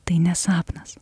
tai ne sapnas